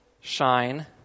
shine